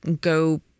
go